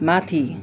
माथि